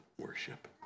worship